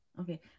Okay